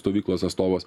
stovyklos astovas